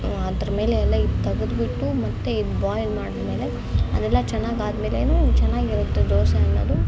ಅದ್ರ್ಮೇಲೆಲ್ಲ ಇದು ತೆಗೆದ್ಬಿಟ್ಟು ಮತ್ತೆ ಇದು ಬಾಯ್ಲ್ ಮಾಡಿದ್ಮೇಲೆ ಅದೆಲ್ಲ ಚೆನ್ನಾಗಿ ಆದ್ಮೇಲೂ ಚೆನ್ನಾಗಿರುತ್ತೆ ದೋಸೆ ಅನ್ನೋದು